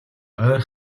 ойр